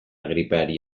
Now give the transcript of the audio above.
gripeari